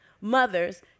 Mothers